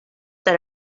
that